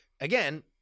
again